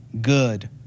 good